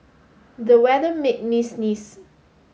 the weather made me sneeze